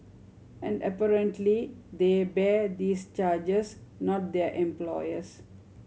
and apparently they bear these charges not their employers